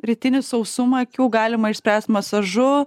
rytinį sausumą akių galima išspręst masažu